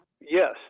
Yes